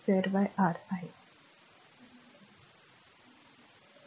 So i r what call v2 i2 R v2R